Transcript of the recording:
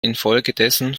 infolgedessen